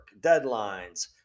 deadlines